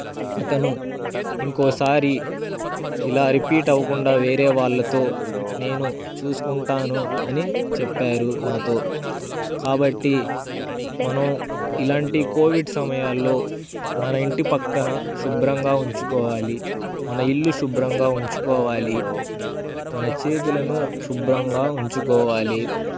అతను ఇంకోసారి ఇలా రిపీట్ అవ్వకుండా వేరే వాళ్ళతో నేను చూసుకుంటాను అని చెప్పారు నాతో కాబట్టి మనం ఇలాంటి కోవిడ్ సమయాల్లో మన ఇంటి పక్కన శుభ్రంగా ఉంచుకోవాలి మన ఇల్లు శుభ్రంగా ఉంచుకోవాలి మన చేతులను శుభ్రంగా ఉంచుకోవాలి